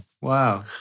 wow